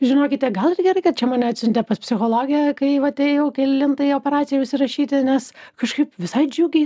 žinokite gal ir gerai kad čia mane atsiuntė pas psichologę kai va atėjau kelintai operacijai užsirašyti nes kažkaip visai džiugiai